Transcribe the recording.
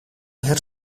head